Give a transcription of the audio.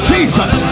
Jesus